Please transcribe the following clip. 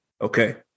Okay